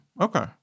okay